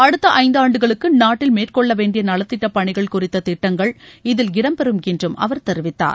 அடுத்த இந்தாண்டுகளுக்கு நாட்டில் மேற்கொள்ளவேண்டிய நலத்திட்டப் பணிகள் குறித்த ்திட்டங்கள் இதில் இடம்பெறும் என்றும் அவர் தெரிவித்தார்